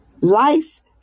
life